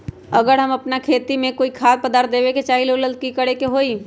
अगर हम अपना खेती में कोइ खाद्य पदार्थ देबे के चाही त वो ला का करे के होई?